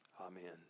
Amen